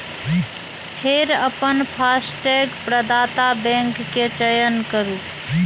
फेर अपन फास्टैग प्रदाता बैंक के चयन करू